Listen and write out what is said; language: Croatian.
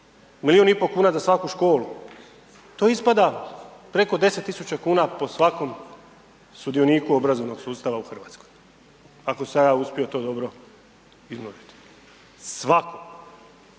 milijun i pol kuna za svaku školu, to ispada preko 10 tisuća kuna po svakom sudioniku obrazovnog sustava u Hrvatskoj, ako sam ja uspio to dobro iznuditi. Svakom.